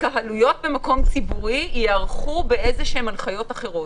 התקהלויות במקום ציבורי יערכו באיזה שהן הנחיות אחרות.